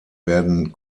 werden